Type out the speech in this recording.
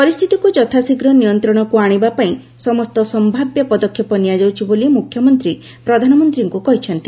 ପରିସ୍ଥିତିକୁ ଯଥାଶୀଘ୍ର ନିୟନ୍ତ୍ରଣକୁ ଆଶିବା ପାଇଁ ସମସ୍ତ ସମ୍ଭାବ୍ୟ ପଦକ୍ଷେପ ନିଆଯାଉଛି ବୋଲି ମ୍ରଖ୍ୟମନ୍ତ୍ରୀ ପ୍ରଧାନମନ୍ତ୍ରୀଙ୍କୁ କହିଛନ୍ତି